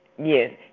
Yes